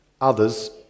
Others